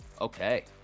Okay